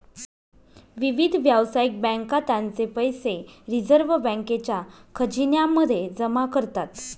विविध व्यावसायिक बँका त्यांचे पैसे रिझर्व बँकेच्या खजिन्या मध्ये जमा करतात